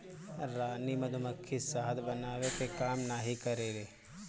रानी मधुमक्खी शहद बनावे के काम नाही करेले